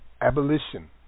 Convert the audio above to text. Abolition